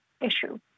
issue